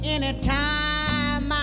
Anytime